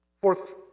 Fourth